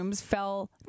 fell